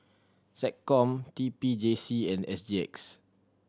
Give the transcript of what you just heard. SecCom T P J C and S G X